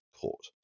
court